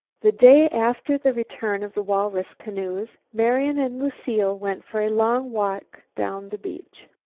the day after the return of the walrus canoes marian and lucile went for a long walk down the beach.